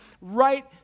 right